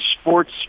sports